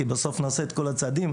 כדי שלא נעשה את כל הצעדים,